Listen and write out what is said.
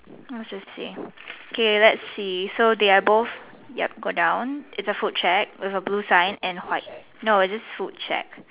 interesting okay let's see so they are both yup go down it's a food check with a blue sign and white no it's just food check